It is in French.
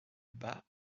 bat